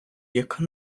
яка